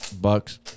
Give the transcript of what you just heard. Bucks